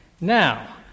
now